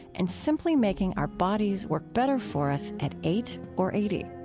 and simply making our bodies work better for us at eight or eighty